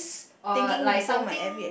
or like something